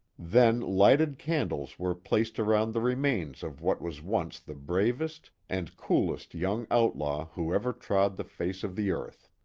then lighted candles were placed around the remains of what was once the bravest, and coolest young outlaw who ever trod the face of the earth.